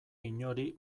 inori